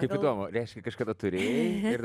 kaip įdomu reiškia kažkada turėjai ir